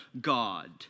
God